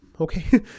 Okay